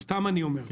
סתם אני אומר,